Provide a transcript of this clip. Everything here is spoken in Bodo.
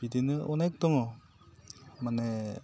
बिदिनो अनेख दङ माने